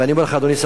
אדוני שר החוץ,